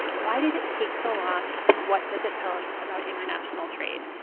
why did it take so long? and what does it tell us about international trade?